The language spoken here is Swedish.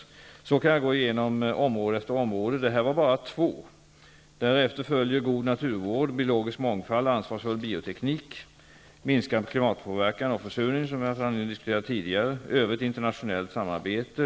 Så här kan jag gå igenom område efter område. Här handlade det bara om två områden. Vi har också områden som god naturvård, biologisk mångfald och ansvarsfull bioteknik, minskad klimatpåverkan och försurning -- som vi har haft anledning att diskutera tidigare -- och övrigt internationellt samarbete.